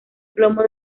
plomo